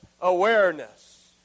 awareness